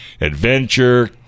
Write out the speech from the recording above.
adventure